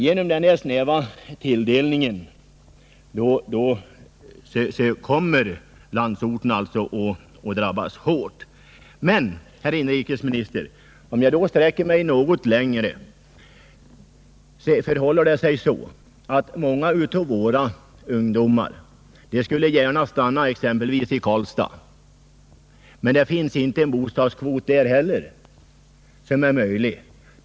Genom denna snäva tilldelning kommer landsorten att drabbas hårt. Många av våra ungdomar, herr inrikesminister, skulle gärna stanna exempelvis i Karlstad, men inte heller där är bostadskvoten högre.